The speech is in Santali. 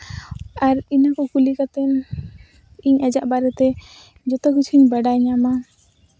ᱟᱨ ᱤᱱᱟᱹ ᱠᱚ ᱠᱩᱞᱤ ᱠᱟᱛᱮ ᱤᱧ ᱟᱭᱟᱜ ᱵᱟᱨᱮᱛᱮ ᱡᱚᱛᱚ ᱠᱤᱪᱷᱩᱧ ᱵᱟᱰᱟᱭ ᱧᱟᱢᱟ